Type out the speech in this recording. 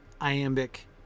iambic